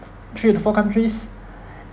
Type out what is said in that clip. three to four countries